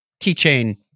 keychain